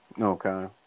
Okay